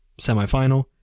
semifinal